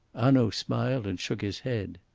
hanaud smiled and shook his head.